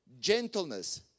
gentleness